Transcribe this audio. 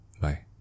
Bye